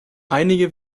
einige